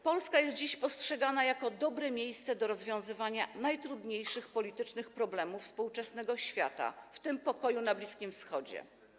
Polska jest dziś postrzegana jako dobre miejsce do rozwiązywania najtrudniejszych politycznych problemów współczesnego świata, w tym pokoju na Bliskim Wschodzie.